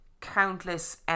countless